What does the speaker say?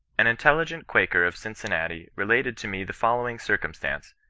an intelligent quaker of cincinnati related to me the following circumstance,